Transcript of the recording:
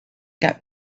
get